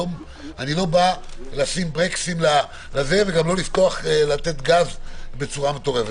אני לא בא לתת ברקסים או לתת גז מטורף.